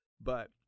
but-